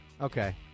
Okay